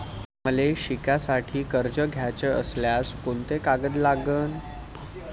मले शिकासाठी कर्ज घ्याचं असल्यास कोंते कागद लागन?